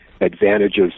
advantages